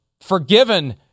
forgiven